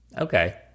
Okay